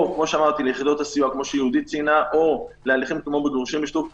או כמו שאמרתי וכמו שיהודית ציינה ליחידות הסיוע,